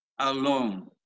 alone